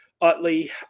Utley